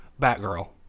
Batgirl